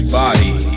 body